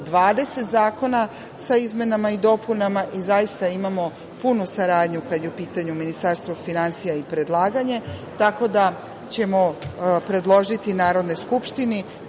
20 zakona sa izmenama i dopunama i zaista imamo punu saradnju kada je u pitanju Ministarstvo finansija i predlaganje. Predložićemo Narodnoj skupštini